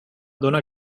dóna